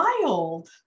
wild